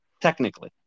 technically